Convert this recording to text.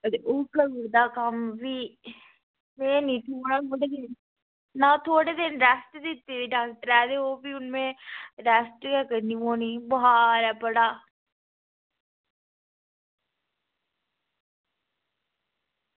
ते हून होई गेदा कम्म बी थोह्ड़े दिन रेस्ट दित्ती दी डॉक्टरै ते ओह् में रेस्ट गै करनी पौनी बखार ऐ बड़ा